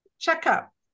checkup